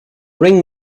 ring